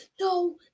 no